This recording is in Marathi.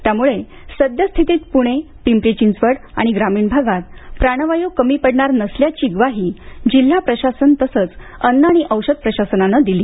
त्यामुळे सद्यस्थितीत पुणे पिंपरी चिंचवड आणि ग्रामीण भागात प्राणवायू कमी पडणार नसल्याची ग्वाही जिल्हा प्रशासन तसंच अन्न आणि औषध प्रशासनान दिली